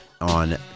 on